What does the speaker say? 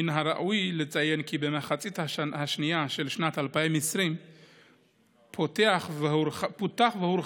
מן הראוי לציין כי במחצית השנייה של שנת 2020 פותח והורחב